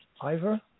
Ivor